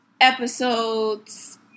episodes